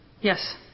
Yes